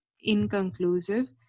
inconclusive